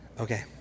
okay